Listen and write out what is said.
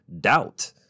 doubt